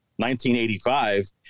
1985